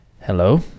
Hello